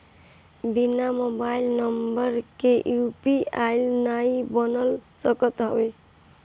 बिना mobile number के UPI नाइ बन सकत हवे